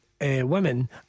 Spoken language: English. women